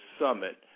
summit